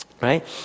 Right